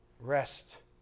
rest